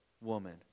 woman